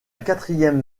quatrième